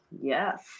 Yes